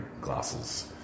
glasses